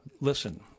Listen